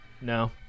No